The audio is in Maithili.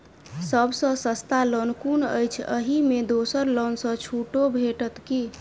सब सँ सस्ता लोन कुन अछि अहि मे दोसर लोन सँ छुटो भेटत की?